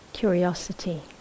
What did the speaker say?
curiosity